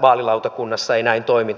vaalilautakunnassa ei näin toimita